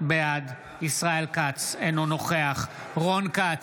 בעד ישראל כץ, אינו נוכח רון כץ,